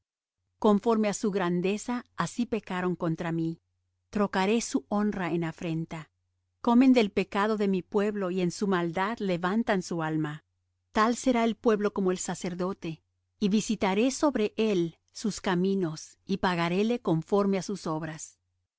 conforme á su grandeza así pecaron contra mí trocaré su honra en afrenta comen del pecado de mi pueblo y en su maldad levantan su alma tal será el pueblo como el sacerdote y visitaré sobre él sus caminos y pagaréle conforme á sus obras